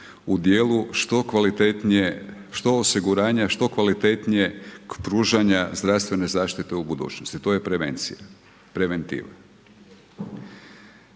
u dijelu što kvalitetnije, što osiguranja, što kvalitetnijeg pružanja zdravstvene zaštite u budućnosti. To je prevencija, preventiva.